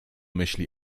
myśli